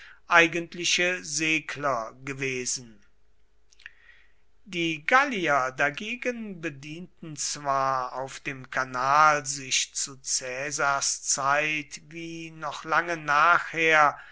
eigentliche segler gewesen die gallier dagegen bedienten zwar auf dem kanal sich zu caesars zeit wie noch lange nachher